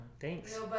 thanks